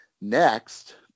next